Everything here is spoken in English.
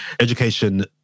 education